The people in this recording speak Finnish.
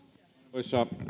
arvoisa